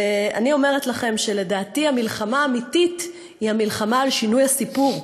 אני אומרת לכם שלדעתי המלחמה האמיתית היא המלחמה על שינוי הסיפור,